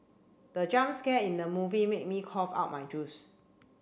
the jump scare in the movie made me cough out my juice